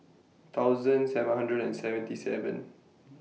thousand seven hundred and seventy seven